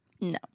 No